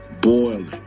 boiling